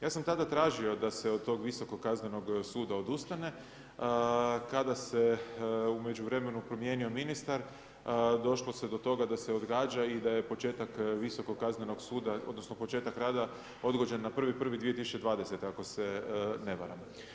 Ja sam tada tražio da se od tog Visokog kaznenog suda odustane, kada se u međuvremenu promijenio ministar došlo se do toga da se odgađa i da je početak Visokog kaznenog suda odnosno početak rada odgođen na 1.1.2020., ako se ne varam.